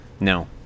No